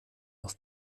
auf